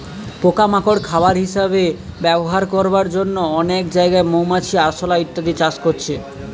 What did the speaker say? পোকা মাকড় খাবার হিসাবে ব্যবহার করবার জন্যে অনেক জাগায় মৌমাছি, আরশোলা ইত্যাদি চাষ করছে